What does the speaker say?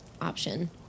option